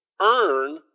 earn